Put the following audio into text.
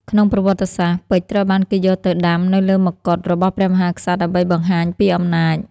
ក្នុងប្រវត្តិសាស្ត្រ ពេជ្រត្រូវបានគេយកទៅដាំនៅលើមកុដរបស់ព្រះមហាក្សត្រដើម្បីបង្ហាញពីអំណាច។